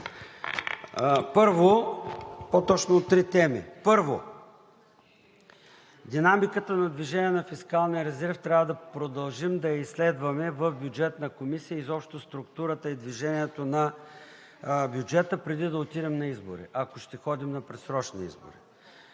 факта, по-точно – от три теми. Първо, динамиката на движение на фискалния резерв трябва да продължим да я изследваме в Бюджетната комисия, изобщо структурата и движението на бюджета, преди да отидем на избори, ако ще ходим на предсрочни избори.